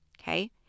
Okay